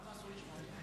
למה אסור לשמוע אותך?